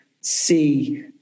see